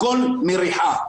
הכול מריחה.